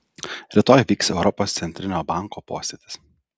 rytoj vyks europos centrinio banko posėdis